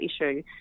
issue